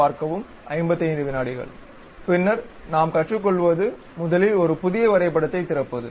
பின்னர் நாம் கற்றுக்கொள்வது முதலில் ஒரு புதிய வரைபடத்தைத் திறப்பது